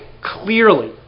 clearly